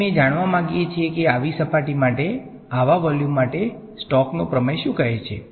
અને અમે જાણવા માગીએ છીએ કે આવી સપાટી માટે આવા વોલ્યુમ માટે સ્ટોકની પ્રમેય શું કહે છે